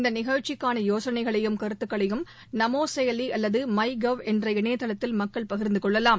இந்தநிகழ்ச்சிக்கானயோசனைகளையும் கருத்துக்களையும் நமோசெயலிஅல்லதுமை கவ் என்ற இணையதளத்தில் மக்கள் பகிர்ந்துகொள்ளலாம்